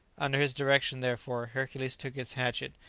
under his direction, therefore, hercules took his hatchet,